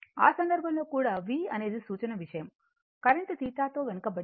ఆ సందర్భంలో కూడా V అనేది సూచన విషయం కరెంట్ θ తో వెనుకబడింది